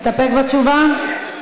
מסתפק בתשובה?